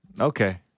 Okay